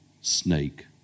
snake